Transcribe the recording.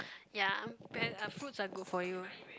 ya pears are fruits are good for you